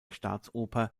staatsoper